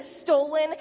stolen